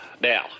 Now